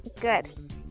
Good